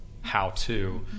how-to